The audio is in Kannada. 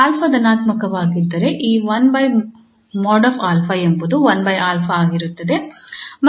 𝑎 ಧನಾತ್ಮಕವಾಗಿದ್ದರೆ ಈ ಎಂಬುದು ಆಗಿರುತ್ತದೆ